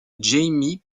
jaime